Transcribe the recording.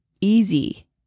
easy